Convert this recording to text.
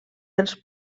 dels